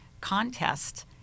Contest